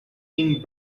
being